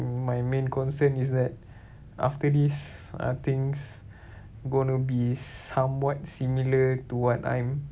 my main concern is that after this are things going to be somewhat similar to what I'm